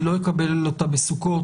אני לא אקבל אותה בסוכות.